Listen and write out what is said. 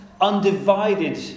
undivided